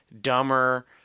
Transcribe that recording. dumber